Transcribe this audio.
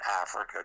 Africa